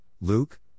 Luke